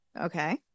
Okay